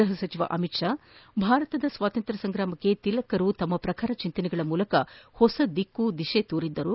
ಗೃಹ ಸಚಿವ ಅಮಿತ್ ಶಾ ಭಾರತದ ಸ್ವಾತಂತ್ರ್ಯ ಸಂಗ್ರಾಮಕ್ಕೆ ತಿಲಕರು ತಮ್ಮ ಪ್ರಖರ ಚಿಂತನೆಗಳ ಮೂಲಕ ಹೊಸ ದಿಕ್ಕು ತೋರಿದ್ದರು